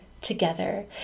together